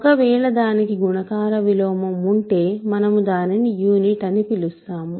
ఒక వేళ దానికి గుణకార విలోమం ఉంటే మనము దానిని యూనిట్ అని పిలుస్తాము